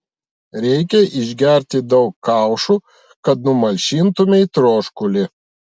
reikia išgerti daug kaušų kad numalšintumei troškulį